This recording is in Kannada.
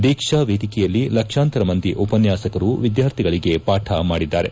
ದೀಕ್ಷಾ ವೇದಿಕೆಯಲ್ಲಿ ಲಕ್ಷಾಂತರ ಮಂದಿ ಉಪನ್ನಾಸಕರು ವಿದ್ಯಾರ್ಥಿಗಳಿಗೆ ಪಾಠ ಮಾಡಿದ್ದಾರೆ